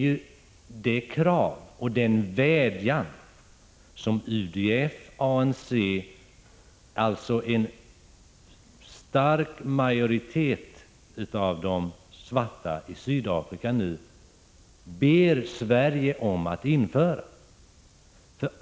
UDF och ANC, alltså en stark majoritet av de svarta i Sydafrika, vädjar nu till Sverige om detta.